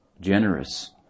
generous